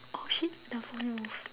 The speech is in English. oh shit